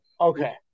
Okay